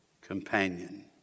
companion